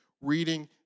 reading